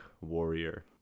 warrior